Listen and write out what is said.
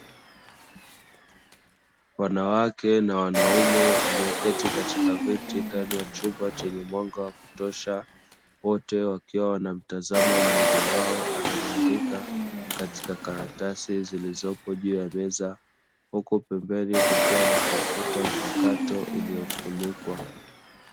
Wanawake na wanaume walioketi katika viti ndani ya chumba chenye mwanga wa kutosha, wote wakiwa wanamtazama mmoja wao anaeandika katika karatasi zilizopo juu ya meza. Huku pembeni kukiwa na kompyuta mpakato iliyofunikwa.